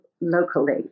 locally